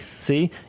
See